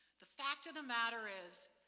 the fact of the matter is,